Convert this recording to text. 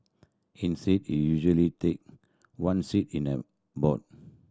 instead it usually take one seat in their board